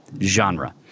genre